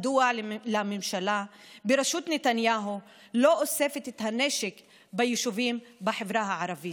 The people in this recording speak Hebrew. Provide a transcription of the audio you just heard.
מדוע הממשלה בראשות נתניהו לא אוספת את הנשק ביישובים בחברה הערבית.